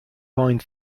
point